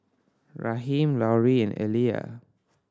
Raheem Laurie and Elia